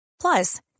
Plus